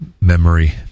memory